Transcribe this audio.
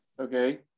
okay